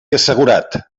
assegurat